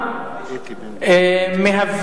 תמיד